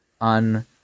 on